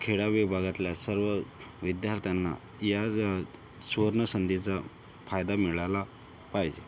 खेळा विभागातल्या सर्व विद्यार्थ्यांना या ज्या सुवर्णसंधीचा फायदा मिळाला पाहिेजे